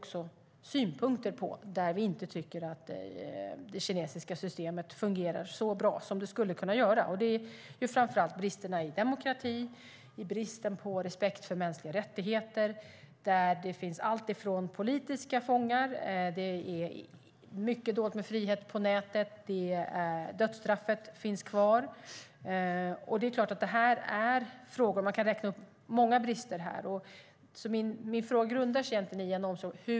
Vi har synpunkter när det gäller att det kinesiska systemet inte fungerar så bra som det skulle kunna göra. Det gäller framför allt bristerna i demokratin och bristen på respekt för mänskliga rättigheter. Det finns politiska fångar. Det är mycket dåligt med frihet på nätet. Dödsstraffet finns kvar. Man kan räkna upp många brister.